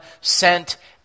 sent